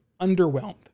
underwhelmed